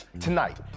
Tonight